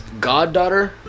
goddaughter